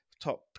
top